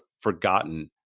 forgotten